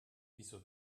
wieso